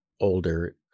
older